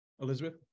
Elizabeth